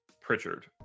Pritchard